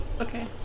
Okay